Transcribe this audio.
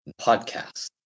podcast